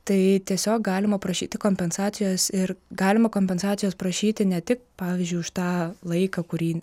tai tiesiog galima prašyti kompensacijos ir galima kompensacijos prašyti ne tik pavyzdžiui už tą laiką kurį